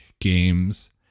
games